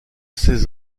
seize